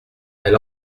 elle